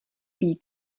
vidí